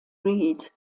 read